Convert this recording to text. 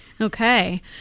Okay